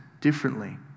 differently